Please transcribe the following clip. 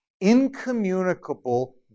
incommunicable